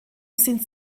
sind